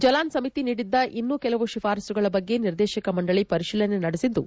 Jalan ಸಮಿತಿ ನೀಡಿದ್ದ ಇನ್ನೂ ಕೆಲವು ಶಿಫಾರಸುಗಳ ಬಗ್ಗೆ ನಿರ್ದೇಶಕ ಮಂಡಳಿ ಪರಿಶೀಲನೆ ನಡೆಸಿದ್ದು